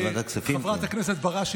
חברת הכנסת קארין